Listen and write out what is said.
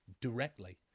directly